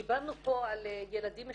דיברנו פה על ילדים משותפים.